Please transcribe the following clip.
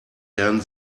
herrn